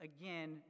again